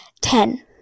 Ten